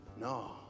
no